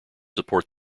support